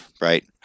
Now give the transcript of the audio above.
right